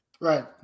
Right